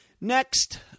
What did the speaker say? next